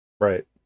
Right